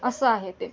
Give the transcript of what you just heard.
असं आहे ते